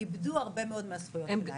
איבדו הרבה מאוד מהזכויות שלהם.